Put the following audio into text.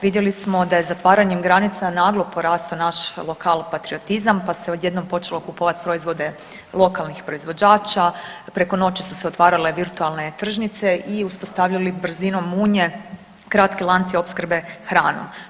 Vidjeli smo da je zatvaranjem granica naglo porastao naš lokal patriotizam, pa se odjednom počelo kupovat proizvode lokalnih proizvođača, preko noći su se otvarale virtualne tržnice i uspostavljali brzinom munje kratki lanci opskrbe hranom.